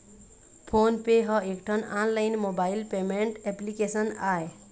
phone पे ह एकठन online mobile payment application आय